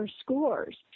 scores